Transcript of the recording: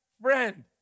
friend